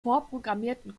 vorprogrammierten